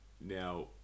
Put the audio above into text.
Now